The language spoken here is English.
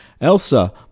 Elsa